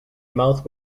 mouth